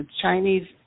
Chinese